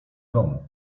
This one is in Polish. domu